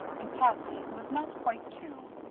and patsy, who was not quite two.